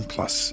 Plus